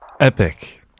Epic